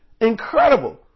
Incredible